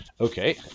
okay